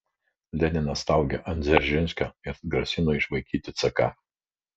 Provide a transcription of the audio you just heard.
leninas staugė ant dzeržinskio ir grasino išvaikyti ck